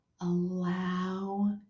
allow